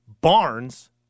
Barnes